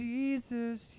Jesus